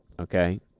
okay